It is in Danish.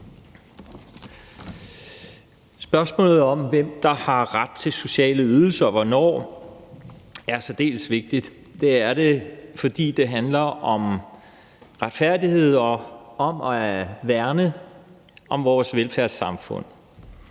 Spørgsmålet om, hvem der har ret til sociale ydelser og hvornår, er særdeles vigtigt. Det er det, fordi det handler om retfærdighed og om at værne om vores velfærdssamfund.